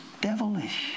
devilish